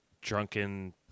Drunken